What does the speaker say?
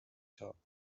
character